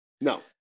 No